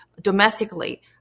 domestically